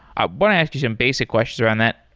i want to ask you some basic question around that.